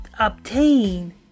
obtain